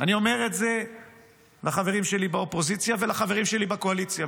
אני אומר את זה לחברים שלי באופוזיציה ולחברים שלי בקואליציה,